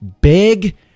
big